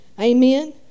Amen